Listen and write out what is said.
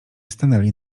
stanęli